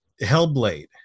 Hellblade